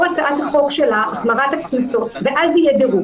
הצעת החוק של החמרת הקנסות ואז יהיה דירוג.